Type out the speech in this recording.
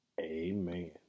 Amen